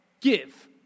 give